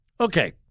Okay